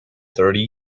thirty